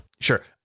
Sure